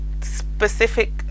specific